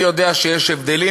אני יודע שיש הבדלים,